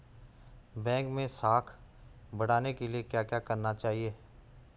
Bank मैं साख बढ़ाने के लिए क्या क्या करना चाहिए?